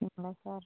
என்ன சார்